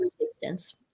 resistance